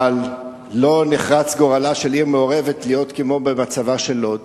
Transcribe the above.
אבל לא נחרץ גורלה של עיר מעורבת להיות במצבה של לוד.